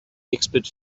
expert